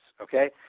okay